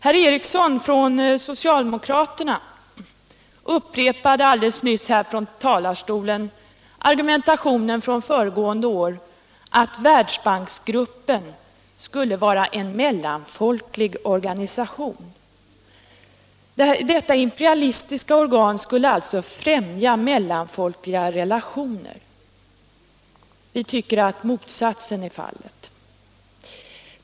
Socialdemokraten herr Ericson i Örebro upprepade alldeles nyss från talarstolen argumentationen från föregående år, att Världsbanksgruppen skulle vara en mellanfolklig organisation. Detta imperialistiska organ skulle alltså främja mellanfolkliga relationer. Vi tycker att motsatsen är fallet.